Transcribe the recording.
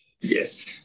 Yes